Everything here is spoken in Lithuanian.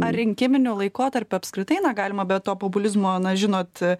ar rinkiminiu laikotarpiu apskritai na galima be to populizmo na žinot